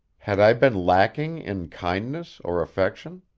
had i been lacking in kindness or affection?